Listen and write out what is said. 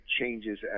changes